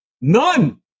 None